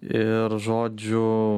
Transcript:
ir žodžiu